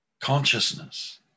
Consciousness